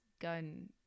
gun